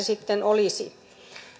sitten olisi